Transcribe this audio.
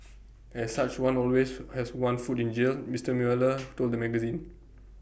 as such one always has one foot in jail Mister Mueller told the magazine